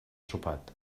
sopat